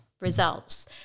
results